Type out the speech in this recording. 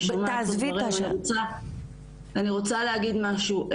אני רוצה להגיד משהו: